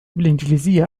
بالإنجليزية